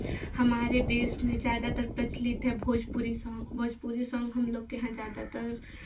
हमारे देश में ज़्यादातर प्रचलित है भोजपुरी सॉन्ग भोजपुरी सॉन्ग हम लोग के यहाँ ज़्यादातर